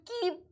keep